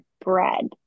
bread